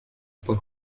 por